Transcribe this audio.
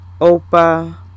Opa